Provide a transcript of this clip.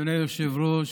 אדוני היושב-ראש,